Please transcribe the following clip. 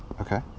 Okay